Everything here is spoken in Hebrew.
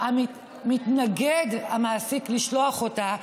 מתנגד המעסיק לשלוח אותה,